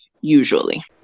usually